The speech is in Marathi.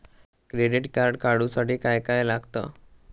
क्रेडिट कार्ड काढूसाठी काय काय लागत?